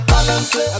Balance